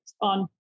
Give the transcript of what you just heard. on